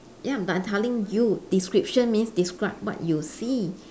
ya but I'm telling you description means describe what you see